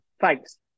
thanks